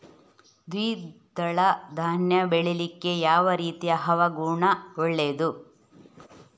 ದ್ವಿದಳ ಧಾನ್ಯ ಬೆಳೀಲಿಕ್ಕೆ ಯಾವ ರೀತಿಯ ಹವಾಗುಣ ಒಳ್ಳೆದು?